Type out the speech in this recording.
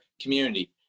community